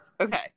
Okay